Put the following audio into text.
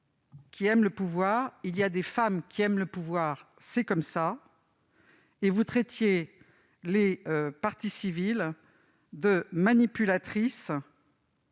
qui aiment le pouvoir, il y a des femmes qui aiment le pouvoir : c'est comme ça. » Vous traitiez les parties civiles de « manipulatrices